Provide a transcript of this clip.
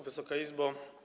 Wysoka Izbo!